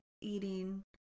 eating